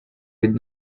with